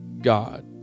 God